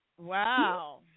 Wow